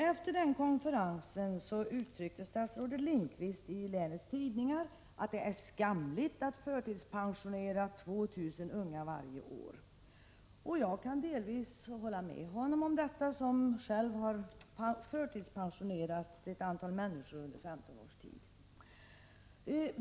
Efter den konferensen uttryckte statsrådet Lindqvist i länets tidningar att det är skamligt att förtidspensionera 2 000 unga varje år. Jag, som under 15 års tid själv har förtidspensionerat ett antal människor, kan delvis hålla med honom om det.